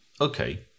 okay